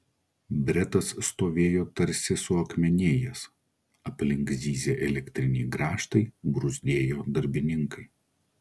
bretas stovėjo tarsi suakmenėjęs aplink zyzė elektriniai grąžtai bruzdėjo darbininkai